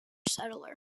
settler